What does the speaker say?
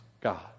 God